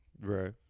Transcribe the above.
Right